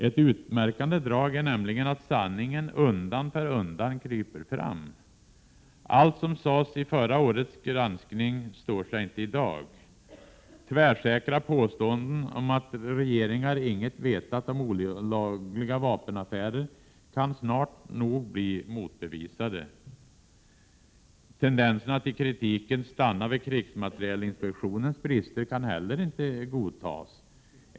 Ett utmärkande drag är nämligen att sanningen undan för undan kryper fram. Allt som sades i förra årets granskning står sig inte i dag. Tvärsäkra påståenden om att regeringar inget veta om olagliga vapenaffärer kan snart nog bli motbevisade. Tendensen att i kritiken stanna vid krigsmaterielinspektionens brister kan heller inte godtas.